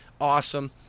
Awesome